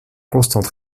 constante